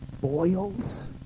boils